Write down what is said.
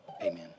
Amen